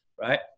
right